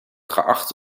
geacht